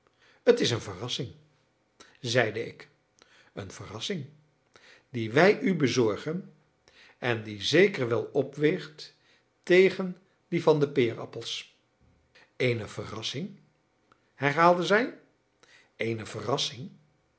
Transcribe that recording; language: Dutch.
t is een verrassing zeide ik een verrassing die wij u bezorgen en die zeker wel opweegt tegen die van de peerappels eene verrassing herhaalde zij eene verrassing